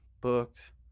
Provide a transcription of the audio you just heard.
booked